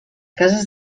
cases